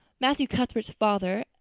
matthew cuthbert's father,